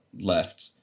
left